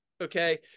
Okay